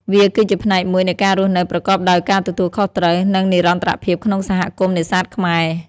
វាគឺជាផ្នែកមួយនៃការរស់នៅប្រកបដោយការទទួលខុសត្រូវ និងនិរន្តរភាពក្នុងសហគមន៍នេសាទខ្មែរ។